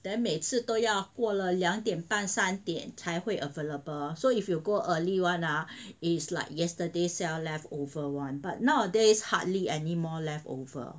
then 每次都要过了两点半三点才会 available so if you go early [one] ah is like yesterday sell leftover [one] but nowadays hardly any more leftover